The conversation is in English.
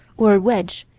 or wedge,